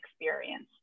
experience